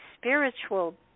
spiritual